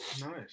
Nice